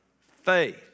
Faith